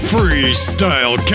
Freestyle